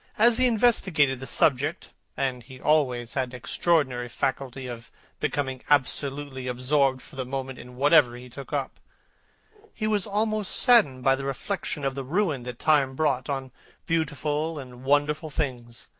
as he investigated the subject and he always had an extraordinary faculty of becoming absolutely absorbed for the moment in whatever he took up he was almost saddened by the reflection of the ruin that time brought on beautiful and wonderful things.